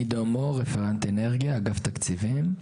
עידו מור, רפרנט אנרגיה, אגף תקציבים.